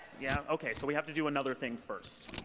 yeah? okay. so we have to do another thing first.